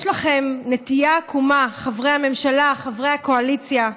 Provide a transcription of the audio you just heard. יש לכם נטייה עקומה, חברי הממשלה, חברי הקואליציה,